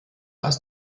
aus